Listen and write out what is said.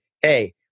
hey